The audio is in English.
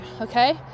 okay